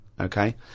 Okay